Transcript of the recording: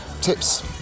Tips